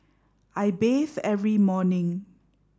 I bathe every morning